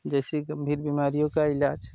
जैसे कि विभिन्न बीमारियों का इलाज